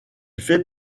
fait